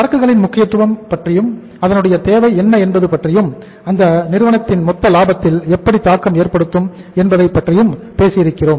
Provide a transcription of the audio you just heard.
சரக்குகளின் முக்கியத்துவம் பற்றியும் அதனுடைய தேவை என்ன என்பதைப் பற்றியும் அது நிறுவனத்தின் மொத்த லாபத்தில் எப்படி தாக்கம் ஏற்படுத்தும் என்பதை பற்றியும் பேசியிருக்கிறோம்